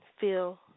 feel